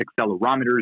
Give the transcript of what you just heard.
accelerometers